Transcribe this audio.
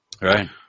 Right